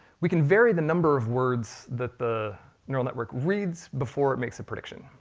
we can vary the number of words that the neural network reads before it makes a prediction.